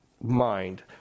mind